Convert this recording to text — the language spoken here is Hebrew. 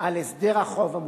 על הסדר החוב המוצע.